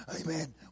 Amen